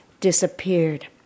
disappeared